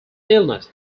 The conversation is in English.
illness